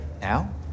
now